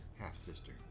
half-sister